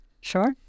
Sure